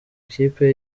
ikipe